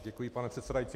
Děkuji, pane předsedající.